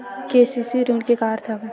KCC ऋण के का अर्थ हवय?